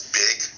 big